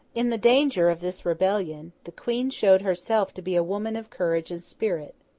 in the danger of this rebellion, the queen showed herself to be a woman of courage and spirit.